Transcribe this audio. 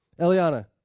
Eliana